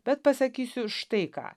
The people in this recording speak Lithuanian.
bet pasakysiu štai ką